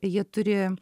jie turi